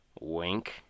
Wink